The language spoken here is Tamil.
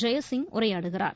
ஜெயசிங் உரையாடுகிறார்